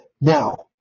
Now